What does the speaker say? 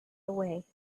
away